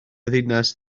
ddinas